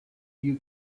you